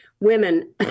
women